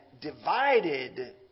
divided